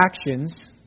actions